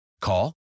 Call